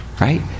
Right